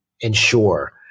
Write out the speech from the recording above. ensure